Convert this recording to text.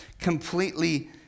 completely